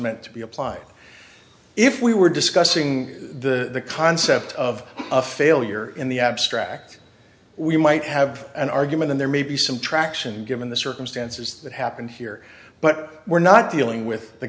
meant to be applied if we were discussing the concept of a failure in the abstract we might have an argument there may be some traction given the circumstances that happened here but we're not dealing with the